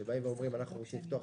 שאומרים: אנחנו רוצים לפתוח